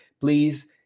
please